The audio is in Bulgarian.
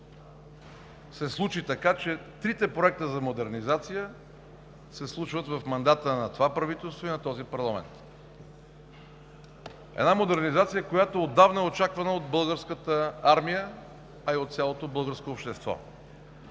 се случи така, че трите проекта за модернизация се случват в мандата на това правителство и на този парламент. Модернизация, която отдавна е очаквана от Българската армия и от цялото българско общество.